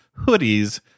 hoodies